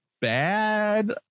bad